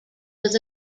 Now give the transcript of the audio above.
was